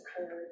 occurred